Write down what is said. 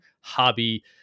hobby